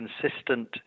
consistent